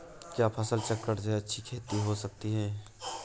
क्या फसल चक्रण से अच्छी खेती हो सकती है?